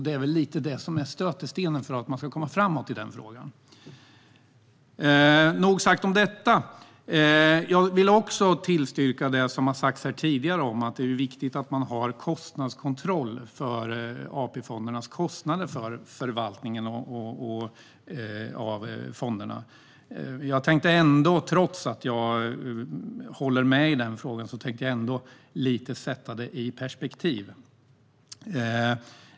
Det är väl lite det som är stötestenen om man ska komma framåt i den frågan. Nog sagt om detta. Jag vill också tillstyrka det som har sagts här tidigare om att det är viktigt att man har kontroll av AP-fondernas kostnader för förvaltningen av fonderna. Trots att jag håller med i den frågan tänkte jag sätta den i perspektiv.